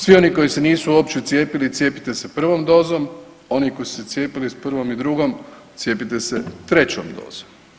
Svi oni koji se nisu uopće cijepili cijepite se prvom dozom, oni koji su se cijepili sa prvom i drugom, cijepite i trećom dozom.